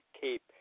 cape